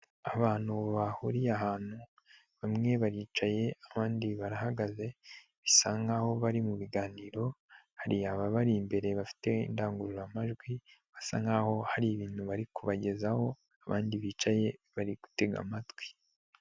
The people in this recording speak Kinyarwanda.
Abantu bahuriye ahantu, bamwe baricaye abandi barahagaze, bisa nkaho bari mu biganiro, hari ababari imbere bafite indangururamajwi, basa nkaho hari ibintu bari kubagezaho, abandi bicaye bari gutega amatwi.